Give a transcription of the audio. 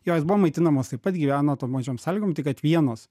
jos buvo maitinamos taip pat gyveno tom pačiom sąlygom tik kad vienos